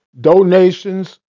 Donations